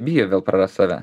bijo vėl prarast save